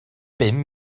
bum